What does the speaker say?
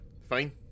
fine